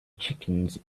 chickens